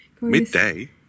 Midday